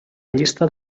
llista